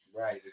Right